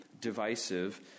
divisive